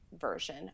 version